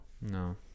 No